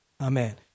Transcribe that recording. Amen